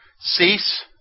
cease